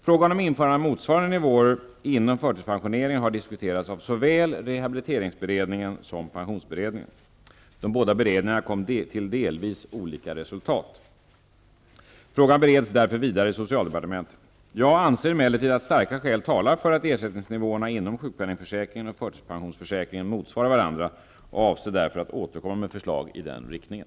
Frågan om införande av motsvarande nivåer inom förtidspensioneringen har diskuterats av såväl rehabiliteringsberedningen som pensionsberedningen . De båda beredningarna kom till delvis olika resultat. Frågan bereds därför vidare i socialdepartementet. Jag anser emellertid att starka skäl talar för att ersättningsnivåerna inom sjukpenningförsäkringen och förtidspensionsförsäkringen motsvarar varandra och avser därför att återkomma med förslag i den riktningen.